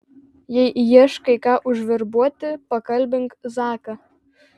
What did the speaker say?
jei ieškai ką užverbuoti pakalbink zaką